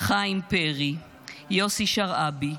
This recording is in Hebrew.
חיים פרי, יוסי שרעבי,